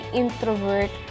introvert